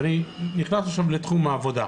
ואני נכנס עכשיו לתחום העבודה.